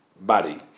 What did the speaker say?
body